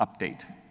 update